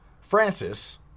Francis